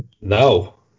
No